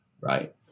right